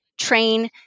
train